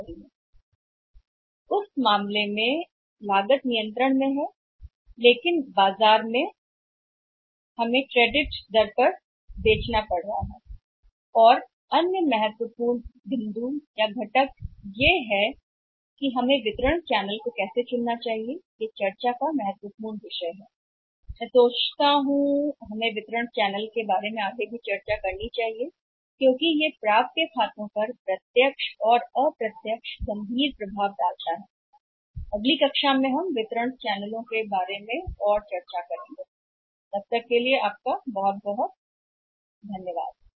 और उस मामले में लागत नियंत्रणीय है लेकिन बाजार में हमारे द्वारा बेचने के लिए क्रेडिट आ रहे हैं क्रेडिट पर और महत्वपूर्ण बिंदु और अन्य महत्वपूर्ण घटक क्या हैं और हम कैसे वितरण का एक चैनल चुनना चाहिए यह महत्वपूर्ण चर्चा है जो मुझे लगता है कि हमारे पास होनी चाहिए वितरण के चैनल के बारे में और अधिक चर्चा क्योंकि यह प्रत्यक्ष या गंभीर प्रभाव है खातों के प्राप्य पर मैं वितरण के चैनल पर और अधिक चर्चा करूंगा अगली कक्षा में आपका बहुत बहुत धन्यवाद